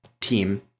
team